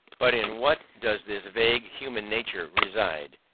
but in what does this vague human nature reside,